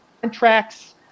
contracts